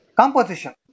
composition